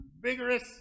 vigorous